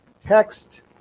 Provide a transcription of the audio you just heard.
Text